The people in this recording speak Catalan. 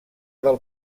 del